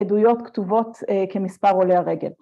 ‫עדויות כתובות כמספר עולי הרגל.